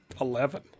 eleven